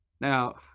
Now